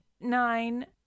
nine